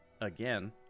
again